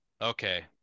okay